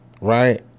right